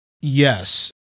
Yes